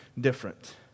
different